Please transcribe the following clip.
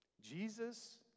Jesus